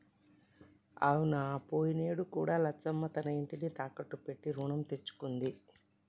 అవునా పోయినేడు కూడా లచ్చమ్మ తన ఇంటిని తాకట్టు పెట్టి రుణం తెచ్చుకుంది